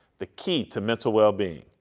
the key to mental wellbeing.